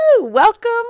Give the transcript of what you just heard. Welcome